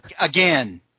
Again